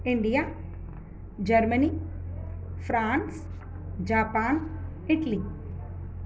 India Germany France Japan Italy